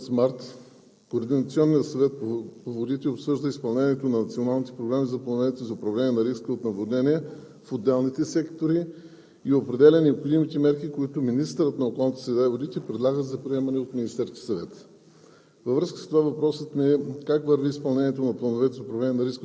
Съгласно Закона за водите ежегодно до месец март Координационният съвет по водите обсъжда изпълнението на националните програми на плановете за управление на риска от наводнения в отделните сектори и определя необходимите мерки, които министърът на околната среда и водите предлага за приемане от Министерския съвет.